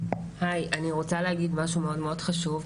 הי, אני רוצה להגיד משהו מאוד חשוב.